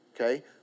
okay